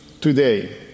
today